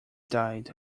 died